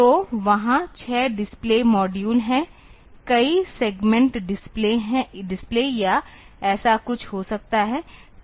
तो वहाँ 6 display module हैं कई सेगमेंट डिस्प्ले या ऐसा कुछ हो सकता है